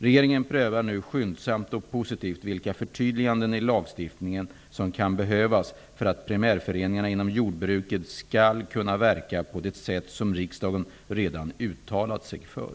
Regeringen prövar nu skyndsamt och positivt vilka förtydliganden i lagstiftningen som kan behövas för att primärföreningarna inom jordbruket skall kunna verka på det sätt som riksdagen redan har uttalat sig för.